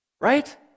Right